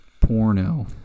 Porno